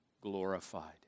glorified